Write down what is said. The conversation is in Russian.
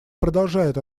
продолжает